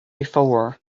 before